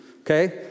okay